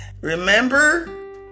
remember